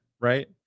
right